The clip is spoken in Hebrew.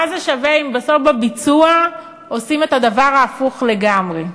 מה זה שווה אם בסוף בביצוע עושים את הדבר ההפוך לגמרי?